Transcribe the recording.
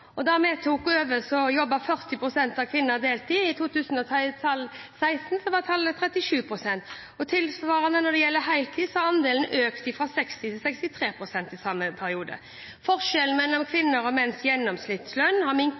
heltid. Da vi tok over, jobbet 40 pst. av kvinner deltid, i 2016 var tallet 37 pst. Tilsvarende når det gjelder heltid, har andelen økt fra 60 til 63 pst. i samme periode. Forskjellen mellom kvinners og menns gjennomsnittslønn har minket